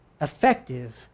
effective